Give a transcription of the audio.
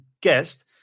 guest